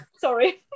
sorry